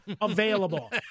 available